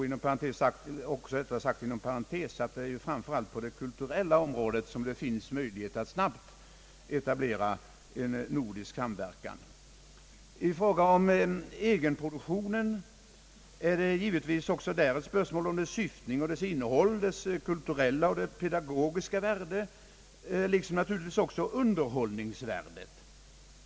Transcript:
Inom parentes sagt tror jag att det framför allt är på det kulturella området som det finns möjlighet att snabbt etablera nordisk samverkan. I fråga om egenproduktionen har vi givetvis också ett spörsmål om syftning och innehåll, kulturellt och pedagogiskt värde liksom naturligtvis också underhållningsvärdet.